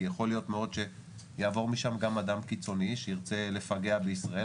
כי יכול להיות מאוד שיעבור משם גם אדם קיצוני שירצה לפגע בישראל,